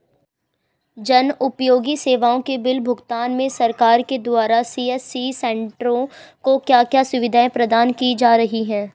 जन उपयोगी सेवाओं के बिल भुगतान में सरकार के द्वारा सी.एस.सी सेंट्रो को क्या क्या सुविधाएं प्रदान की जा रही हैं?